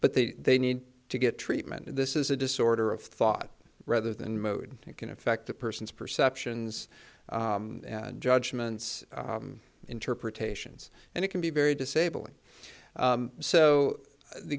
but they they need to get treatment and this is a disorder of thought rather than mode it can affect the person's perceptions judgments interpretations and it can be very disabling so the